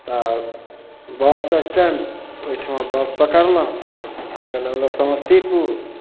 तऽ bus stand ओहिठिमा bus पकड़लहुॅं भागल अयलहुॅं समस्तीपुर